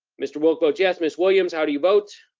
mr. wilk votes yes miss williams, how do you vote?